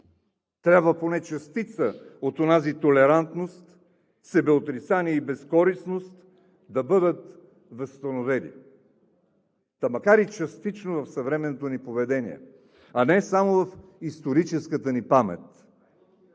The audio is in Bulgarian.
трябва поне частица от онази толерантност, себеотрицание и безкористност да бъдат възстановени, та макар и частично, в съвременното ни поведение, а не само в историческата ни памет!